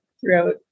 throughout